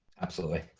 absolutely.